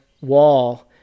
wall